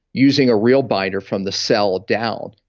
using a real binder from the cell down,